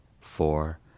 Four